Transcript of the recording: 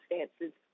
circumstances